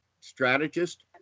strategist